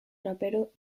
rapero